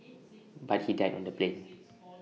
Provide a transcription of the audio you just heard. but he died on the plane